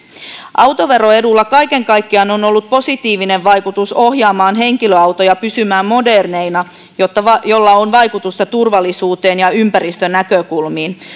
autoveroedulla kaiken kaikkiaan on ollut positiivinen vaikutus ohjaamaan henkilöautoja pysymään moderneina millä on vaikutusta turvallisuuteen ja ympäristönäkökulmiin